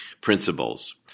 principles